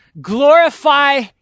glorify